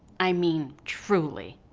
i mean, truly.